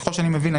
ככל שאני מבין,